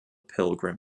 pilgrim